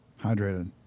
Hydrated